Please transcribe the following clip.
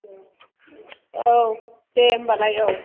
औ दे होनबालाय औ